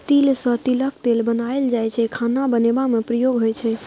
तिल सँ तिलक तेल बनाएल जाइ छै खाना बनेबा मे प्रयोग होइ छै